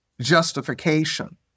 justification